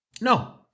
No